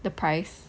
the price